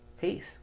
Peace